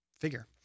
figure